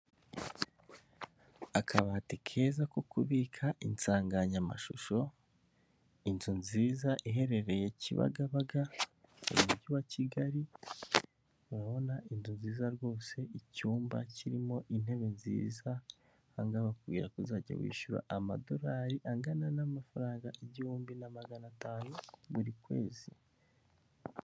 Akabati keza ko kubika insanganyamashusho, inzu nziza iherereye kibagabaga mu mujyi wa Kigali urabona ni inzu nziza rwose. Ubona icyumba kirimo intebe nziza aha ngaha bakubwira ko uzajya wishyura amadorari angana n'amafaranga igihumbi na magana atanu buri kwezi.